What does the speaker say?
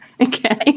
Okay